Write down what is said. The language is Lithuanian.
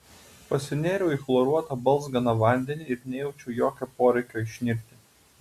pasinėriau į chloruotą balzganą vandenį ir nejaučiau jokio poreikio išnirti